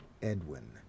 Edwin